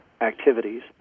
activities